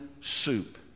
soup